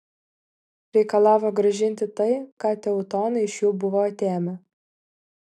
reikalavo grąžinti tai ką teutonai iš jų buvo atėmę